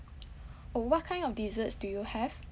orh what kind of desserts do you have